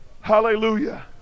hallelujah